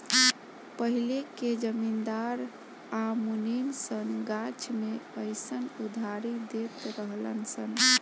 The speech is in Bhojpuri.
पहिले के जमींदार आ मुनीम सन गाछ मे अयीसन उधारी देत रहलन सन